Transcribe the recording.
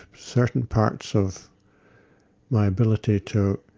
certain parts of my ability to